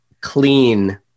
clean